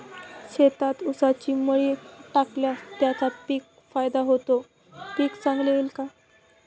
शेतात ऊसाची मळी टाकल्यास त्याचा काय फायदा होतो, पीक चांगले येईल का?